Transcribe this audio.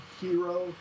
hero